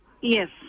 Yes